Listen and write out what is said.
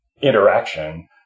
interaction